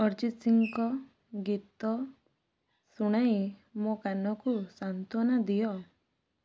ଅରିଜିତ ସିଂଙ୍କ ଗୀତ ଶୁଣାଇ ମୋ କାନକୁ ସାନ୍ତ୍ୱନା ଦିଅ